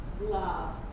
love